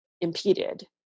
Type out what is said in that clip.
impeded